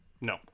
No